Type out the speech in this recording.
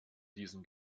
diesen